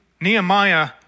Nehemiah